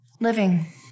living